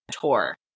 tour